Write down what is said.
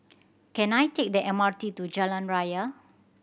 can I take the M R T to Jalan Raya